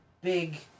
big